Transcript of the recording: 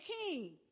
king